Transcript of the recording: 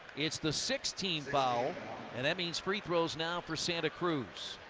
it's the sixth team foul. and that means free throws now for santa cruz.